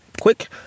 quick